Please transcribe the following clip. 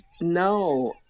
No